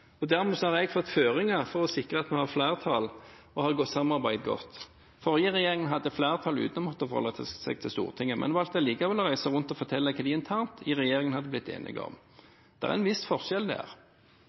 Dermed har jeg fått føringer for å sikre at vi har flertall og har samarbeidet godt. Forrige regjering hadde flertall uten å måtte forholde seg til Stortinget, men valgte likevel å reise rundt og fortelle hva de internt i regjeringen hadde blitt enige om.